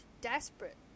desperate